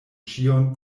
ĉion